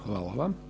Hvala.